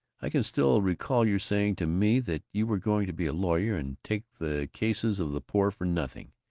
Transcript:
i can still recall your saying to me that you were going to be a lawyer, and take the cases of the poor for nothing,